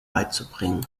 beizubringen